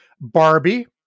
Barbie